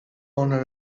owner